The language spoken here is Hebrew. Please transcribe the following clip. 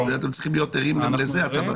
אתם צריכים להיות ערים גם לזה.